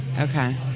Okay